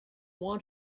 want